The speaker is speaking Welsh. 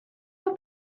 mae